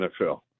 NFL